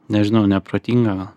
nežinau neprotinga